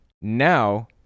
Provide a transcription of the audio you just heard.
Now